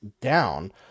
down